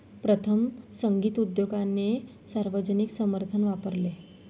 प्रथम, संगीत उद्योगाने सार्वजनिक समर्थन वापरले